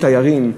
הם תיירים.